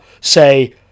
say